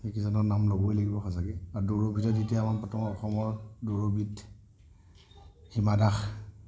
এইকেইজনৰ নাম ল'বই লাগিব সঁচাকৈ আৰু দৌৰৰ ভিতৰত এতিয়া আমাৰ বৰ্তমান অসমৰ দৌৰবিদ হীমা দাস